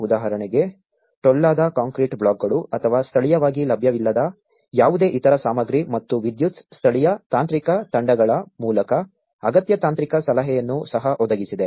ಉದಾಹರಣೆಗೆ ಟೊಳ್ಳಾದ ಕಾಂಕ್ರೀಟ್ ಬ್ಲಾಕ್ಗಳು ಅಥವಾ ಸ್ಥಳೀಯವಾಗಿ ಲಭ್ಯವಿಲ್ಲದ ಯಾವುದೇ ಇತರ ಸಾಮಗ್ರಿ ಮತ್ತು ವಿದ್ಯುತ್ ಸ್ಥಳೀಯ ತಾಂತ್ರಿಕ ತಂಡಗಳ ಮೂಲಕ ಅಗತ್ಯ ತಾಂತ್ರಿಕ ಸಲಹೆಯನ್ನು ಸಹ ಒದಗಿಸಿದೆ